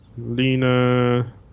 Lena